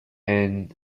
and